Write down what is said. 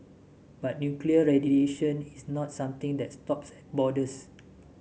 but nuclear radiation is not something that stops borders